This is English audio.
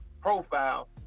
profile